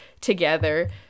together